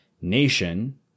nation